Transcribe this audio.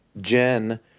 Jen